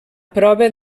prova